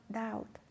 doubt